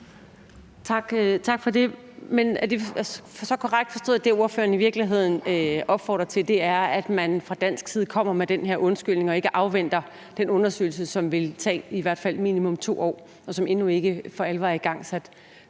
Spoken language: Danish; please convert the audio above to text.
Tak for det. Men er det så korrekt forstået, at det, ordføreren i virkeligheden opfordrer til, er, at man fra dansk side kommer med den her undskyldning og ikke afventer den undersøgelse, som i hvert fald vil tage minimum 2 år, og som endnu ikke for alvor er igangsat?